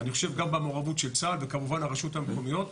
אני חושב גם במעורבות של צה"ל וכמובן הרשויות המקומיות.